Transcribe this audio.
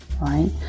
right